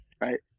right